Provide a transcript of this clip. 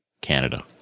Canada